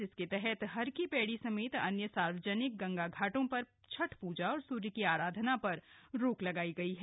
इसके तहत हरकी पैड़ी समेत अन्य सार्वजनिक गंगा घाटों पर छठ पूजा और सूर्य की आराधना पर रोक लगाई गई है